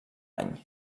any